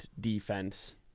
defense